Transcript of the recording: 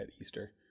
Easter